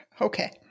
Okay